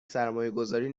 سرمایهگذاری